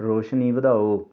ਰੋਸ਼ਨੀ ਵਧਾਓ